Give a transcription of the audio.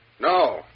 No